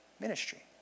ministry